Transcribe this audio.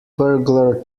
burglar